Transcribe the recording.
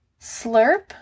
slurp